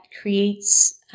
creates